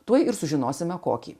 tuoj ir sužinosime kokį